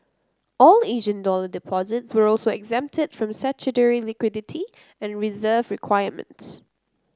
all Asian dollar deposits were also exempted from statutory liquidity and reserve requirements